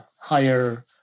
higher